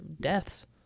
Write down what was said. deaths